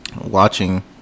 Watching